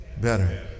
better